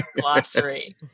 Glossary